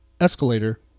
Escalator